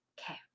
Okay